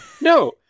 No